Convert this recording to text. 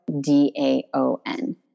D-A-O-N